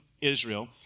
Israel